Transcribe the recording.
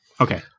Okay